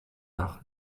art